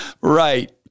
Right